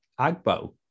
Agbo